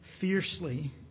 fiercely